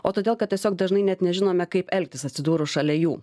o todėl kad tiesiog dažnai net nežinome kaip elgtis atsidūrus šalia jų